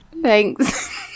Thanks